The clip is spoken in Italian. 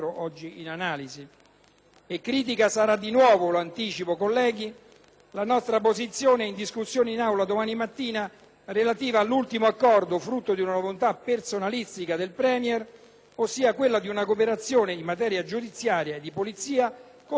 E critica sarà di nuovo, lo anticipo colleghi, la nostra posizione in ordine alla discussione in Aula, domani mattina, relativamente all'ultimo accordo frutto di una volontà personalistica del *Premier*, ossia quello di una cooperazione in materia giudiziaria e di polizia concluso con la Russia.